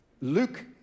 Luke